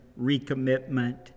recommitment